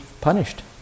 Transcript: punished